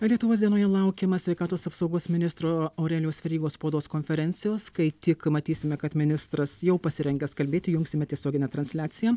lietuvos dienoje laukiama sveikatos apsaugos ministro aurelijaus verygos spaudos konferencijos kai tik matysime kad ministras jau pasirengęs kalbėti jungsime tiesioginę transliaciją